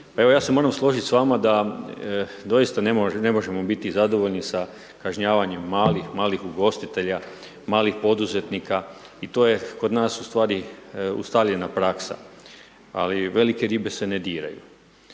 evo ja se moram složit s vama da doista ne možemo, ne možemo biti zadovoljni sa kažnjavanjem malih, malih ugostitelja, malih poduzetnika i to je kod nas u stvari ustaljena praksa, ali velike ribe se ne diraju.